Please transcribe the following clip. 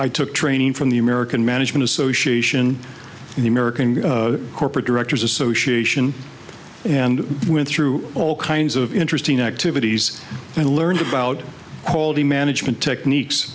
i took training from the american management association and the american corporate directors association and went through all kinds of interesting activities and i learned about quality management techniques